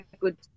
good